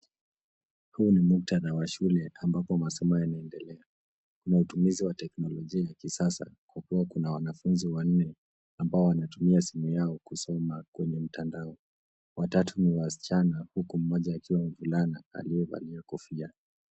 Huu ni muktadha wa shule ambapo masomo yanaendelea. Kuna utumizi wa teknolojia ya kisasa kwa kuwa kuna wanafunzi wanne ambao wanatumia simu yao kusema kwenye mtandao. Watatu ni wasichana huku mmoja akiwa mvulana aliyevalia kofia.